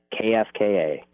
KFKA